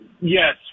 Yes